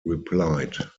replied